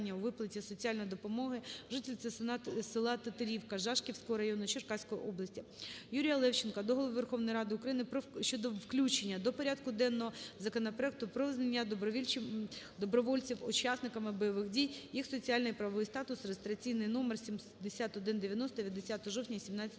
у виплаті соціальної допомоги жительці села Тетерівка, Жашківського району Черкаської області. ЮріяЛевченка до Голови Верховної Ради України щодо включення до порядку денного законопроекту про визнання добровольців учасниками бойових дій, їх соціальний і правовий статус (реєстраційний номер 7190) від 10 жовтня 2017 року.